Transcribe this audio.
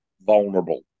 vulnerable